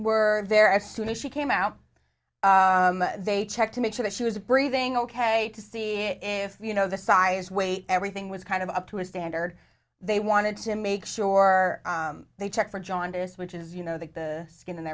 were there as soon as she came out they checked to make sure that she was breathing ok to see if you know the size weight everything was kind of up to a standard they wanted to make sure they checked for jaundice which is you know the skin and